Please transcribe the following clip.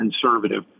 conservative